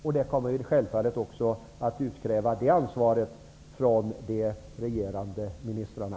Vi kommer självklart att utkräva ansvar från de regerande ministrarna.